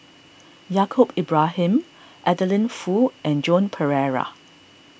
Yaacob Ibrahim Adeline Foo and Joan Pereira